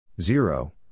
Zero